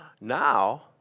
now